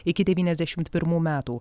iki devyniasdešimt pirmų metų